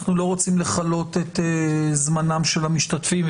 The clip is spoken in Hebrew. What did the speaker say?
אנחנו לא רוצים לכלות את זמנם של המשתתפים,